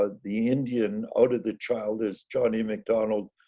ah the indian out of the child is johnny mcdonald,